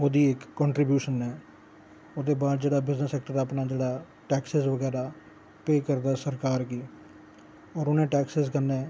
ओह्दी कंट्रीब्यूशन ऐ ओह्दे बाद जेह्ड़ा बिजनस सैक्टर दा अपना जेह्ड़ा टैक्स बगैरा पे करदा सरकार गी और उ'नें टैक्सें कन्नै